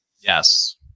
Yes